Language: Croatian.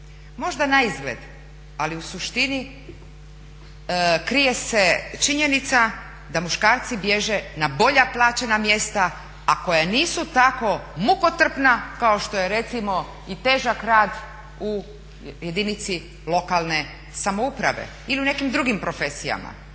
Možda naizgled ali u suštini krije se činjenica da muškarci bježe na bolja plaćena mjesta, a koja nisu tako mukotrpna kao što je recimo i težak rad u jedinici lokalne samouprave ili u nekim drugim profesijama.